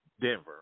Denver